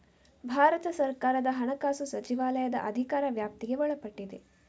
ಭಾರತ ಸರ್ಕಾರದ ಹಣಕಾಸು ಸಚಿವಾಲಯದ ಅಧಿಕಾರ ವ್ಯಾಪ್ತಿಗೆ ಒಳಪಟ್ಟಿದೆ